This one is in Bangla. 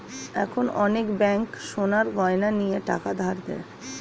এখন অনেক ব্যাঙ্ক সোনার গয়না নিয়ে টাকা ধার দেয়